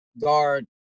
guard